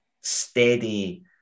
steady